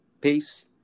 Peace